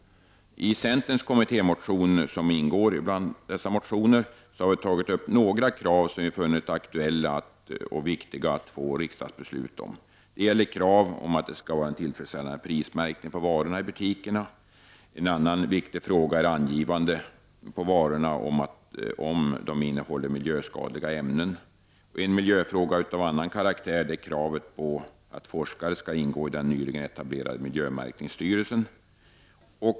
I centerns kommittémotion, som ingår bland dessa, har vi tagit upp några krav som vi funnit aktuella och viktiga att få till stånd riksdagsbeslut om. Det gäller bl.a. krav på en tillfredsställande prismärkning på varorna i butikerna. En annan viktig fråga är angivande på varorna om de innehåller miljöskadliga ämnen. En miljöfråga av annan karaktär är kravet på att forskare skall ingå i den nyligen etablerade miljömärkningsstyrelsen.